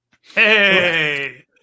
Hey